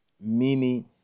mini